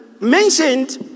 mentioned